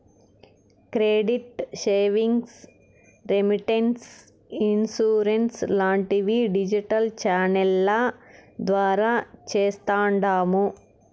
credit savings, remittance, insurance లాంటివి digital ఛానెల్ల ద్వారా చేస్తాండాము